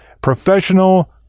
professional